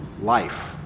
life